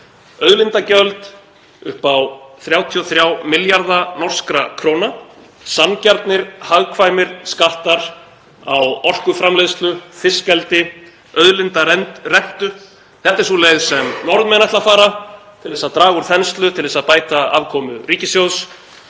Auðlindagjöld upp á 33 milljarða norskra króna, sanngjarnir, hagkvæmir skattar á orkuframleiðslu, fiskeldi, auðlindarentu, það er sú leið sem Norðmenn ætla að fara til að draga úr þenslu, til að bæta afkomu ríkissjóðs